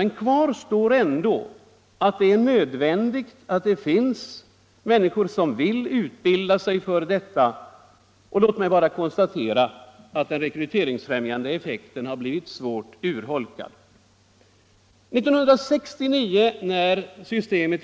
Men kvar står ändå att det är nödvändigt att det finns människor som vill utbilda sig till forskare, och låt mig därför bara konstatera att den rekryteringsfrämjande effekten av stipendierna har blivit starkt urholkad. När systemet